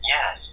Yes